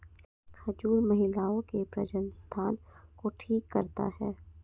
खजूर महिलाओं के प्रजननसंस्थान को ठीक करता है